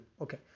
Okay